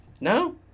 No